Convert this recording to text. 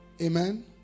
Amen